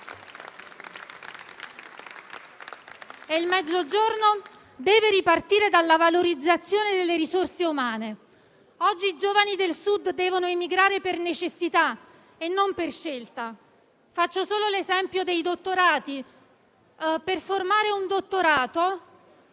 Il Mezzogiorno deve ripartire dalla valorizzazione delle risorse umane. Oggi i giovani del Sud devono emigrare per necessità e non per scelta. Faccio solo l'esempio dei dottorati; per formare un dottorato